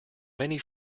many